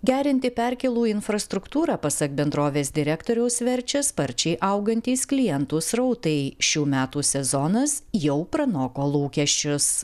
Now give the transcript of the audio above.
gerinti perkėlų infrastruktūrą pasak bendrovės direktoriaus verčia sparčiai augantys klientų srautai šių metų sezonas jau pranoko lūkesčius